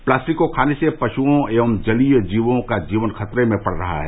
plastic को खाने से पश्नों एवं जलीय जीवों का जीवन खतरे में पढ़ रहा है